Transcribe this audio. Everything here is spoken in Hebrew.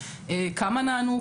כמה נענו,